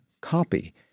copy